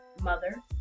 mother